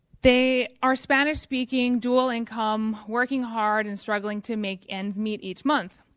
they are spanish speaking, dual income, working hard and struggling to make ends meet each month.